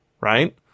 Right